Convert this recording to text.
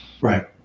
right